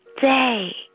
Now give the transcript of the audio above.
day